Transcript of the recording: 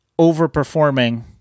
overperforming